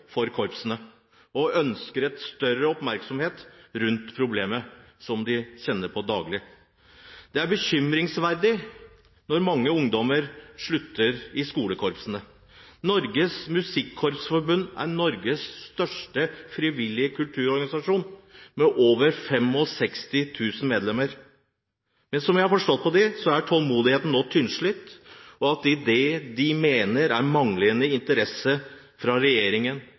for korpsene og ønsker større oppmerksomhet rundt problemet, som de kjenner på daglig. Det er bekymringsfullt når mange ungdommer slutter i skolekorpsene. Norges Musikkorps Forbund er Norges største frivillige kulturorganisasjon med over 65 000 medlemmer. Som jeg har forstått på dem, er tålmodigheten nå tynnslitt av det de mener er en manglende interesse fra regjeringen,